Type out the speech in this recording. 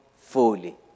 fully